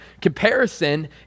Comparison